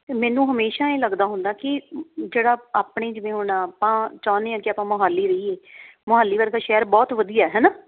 ਅਤੇ ਮੈਨੂੰ ਹਮੇਸ਼ਾ ਇਹ ਲੱਗਦਾ ਹੁੰਦਾ ਕਿ ਜਿਹੜਾ ਆਪਣੀ ਜਿਵੇਂ ਹੁਣ ਆਪਾਂ ਚਾਹੁੰਦੇ ਆ ਕਿ ਆਪਾਂ ਮੋਹਾਲੀ ਰਹੀਏ ਮੋਹਾਲੀ ਵਰਗਾ ਸ਼ਹਿਰ ਬਹੁਤ ਵਧੀਆ ਹੈ ਨਾ